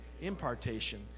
impartation